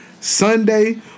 Sunday